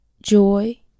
joy